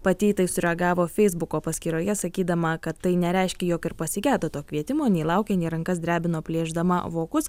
pati į tai sureagavo feisbuko paskyroje sakydama kad tai nereiškia jog ir pasigedo to kvietimo nei laukė nei rankas drebino plėšdama vokus